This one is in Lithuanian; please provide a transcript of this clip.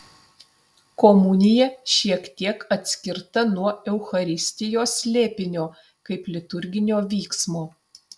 komunija šiek tiek atskirta nuo eucharistijos slėpinio kaip liturginio vyksmo